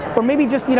or maybe just, you know